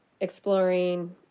exploring